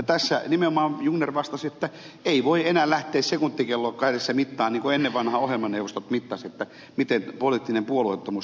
tässä nimenomaan jungner vastasi että ei voi enää lähteä sekuntikello kädessä mittaamaan niin kuin ennen vanhaan ohjelmaneuvostot mittasivat miten poliittinen puolueettomuus toteutuu